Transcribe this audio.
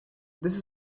this